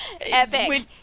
Epic